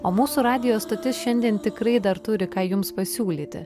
o mūsų radijo stotis šiandien tikrai dar turi ką jums pasiūlyti